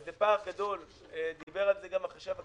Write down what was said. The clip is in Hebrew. זה פער גדול, ודיבר על זה גם החשב הכללי.